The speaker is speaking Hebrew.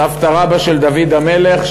סבתא רבתא של דוד המלך,